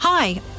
Hi